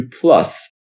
plus